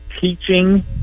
teaching